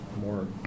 more